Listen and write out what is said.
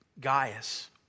Gaius